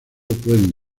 pueden